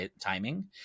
timing